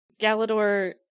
Galador